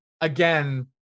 again